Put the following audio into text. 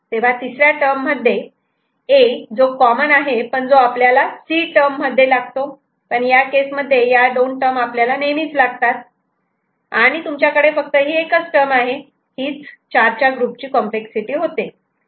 तेव्हा तिसऱ्या टर्ममध्ये A जो कॉमन आहे पण जो आपल्याला C टर्ममध्ये लागतो पण या केस मध्ये ह्या दोन टर्म आपल्याला नेहमीच लागतात आणि तुमच्याकडे फक्त ही एकच टर्मआहे ही 4 च्या ग्रुपची कॉम्प्लेक्स सिटी तयार होते